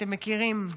שאתם מכירים,